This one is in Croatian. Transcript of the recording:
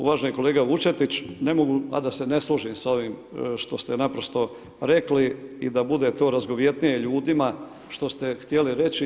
Uvaženi kolega Vučetić, ne mogu a da se ne složim s ovim što ste naprosto rekli i da bude to razgovjetnije ljudima što ste htjeli reći.